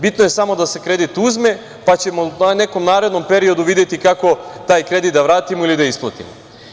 Bitno je smo da se kredi uzme, pa ćemo u nekom narednom periodu videti kako taj kredit da vratimo ili da isplatimo.